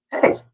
hey